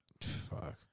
Fuck